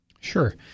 Sure